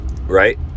right